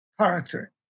Character